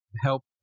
Help